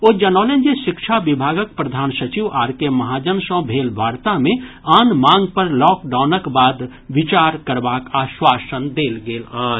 ओ जनौलनि जे शिक्षा विभागक प्रधान सचिव आर के महाजन सॅ भेल वार्ता मे आन मांग पर लॉकडाउनक बाद विचार करबाक आश्वासन देल गेल अछि